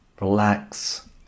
relax